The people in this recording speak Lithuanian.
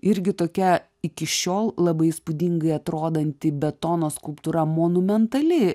irgi tokia iki šiol labai įspūdingai atrodanti betono skulptūra monumentali